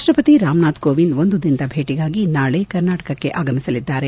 ರಾಪ್ಲಪತಿ ರಾಮನಾಥ್ ಕೋವಿಂದ್ ಒಂದು ದಿನದ ಭೇಟಿಗಾಗಿ ನಾಳೆ ಕರ್ನಾಟಕಕ್ಕೆ ಆಗಮಿಸಲಿದ್ದಾರೆ